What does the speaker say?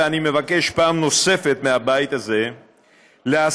ואני מבקש פעם נוספת מהבית הזה להסיר,